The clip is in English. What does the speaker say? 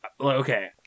okay